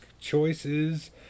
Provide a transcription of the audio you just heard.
choices